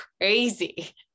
crazy